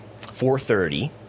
4:30